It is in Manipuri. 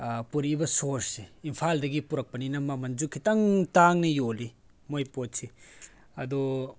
ꯄꯨꯔꯛꯏꯕ ꯁꯣꯔꯁꯁꯦ ꯏꯝꯐꯥꯜꯗꯒꯤ ꯄꯨꯔꯛꯄꯅꯤꯅ ꯃꯃꯜꯁꯨ ꯈꯤꯇꯪ ꯇꯥꯡꯅ ꯌꯣꯜꯂꯤ ꯃꯣꯏꯒꯤ ꯄꯣꯠꯁꯦ ꯑꯗꯣ